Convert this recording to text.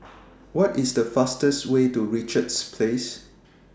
What IS The fastest Way to Richards Place